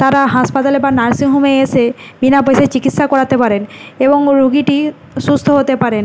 তারা হাসপাতালে বা নার্সিং হোমে এসে বিনা পয়সায় চিকিৎসা করাতে পারেন এবং রোগীটি সুস্থ হতে পারেন